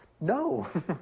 No